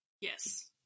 Yes